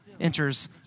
enters